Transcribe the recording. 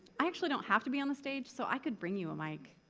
i actually don't have to be on the stage, so i could bring you a mic.